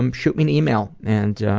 um shoot me an email and